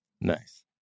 Nice